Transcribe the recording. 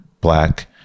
black